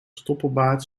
stoppelbaard